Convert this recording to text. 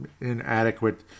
inadequate